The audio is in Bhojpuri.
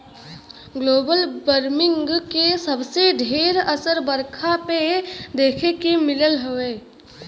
ग्लोबल बर्मिंग के सबसे ढेर असर बरखा पे देखे के मिलत हउवे